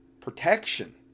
protection